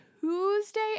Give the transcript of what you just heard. Tuesday